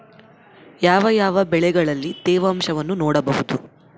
ಯಾವ ಯಾವ ಬೆಳೆಗಳಲ್ಲಿ ತೇವಾಂಶವನ್ನು ನೋಡಬಹುದು?